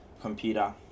computer